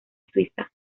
suiza